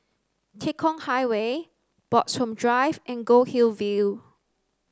Tekong Highway Bloxhome Drive and Goldhill View